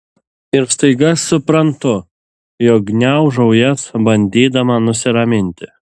ir staiga suprantu jog gniaužau jas bandydama nusiraminti